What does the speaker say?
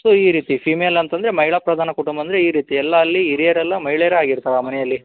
so ಈ ರೀತಿ female ಅಂತಂದರೆ ಮಹಿಳಾ ಪ್ರಧಾನ ಕುಟುಂಬ ಅಂದರೆ ಈ ರೀತಿ ಎಲ್ಲ ಅಲ್ಲಿ ಹಿರಿಯರೆಲ್ಲ ಮಹಿಳೆಯರೇ ಆಗಿರ್ತವೆ ಆ ಮನೆಯಲ್ಲಿ